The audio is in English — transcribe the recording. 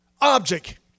object